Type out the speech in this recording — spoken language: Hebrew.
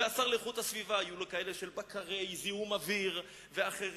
ולשר להגנת הסביבה יהיו בקרי זיהום אוויר ואחרים